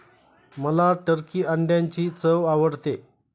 मला टर्की अंड्यांची चव आवडते